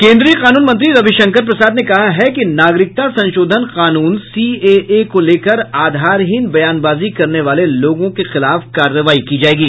केन्द्रीय कानून मंत्री रविशंकर प्रसाद ने कहा है कि नागरिकता संशोधन कानून सीएए को लेकर आधारहीन बयानबाजी करने वाले लोगों के खिलाफ कार्रवाई की जायेगी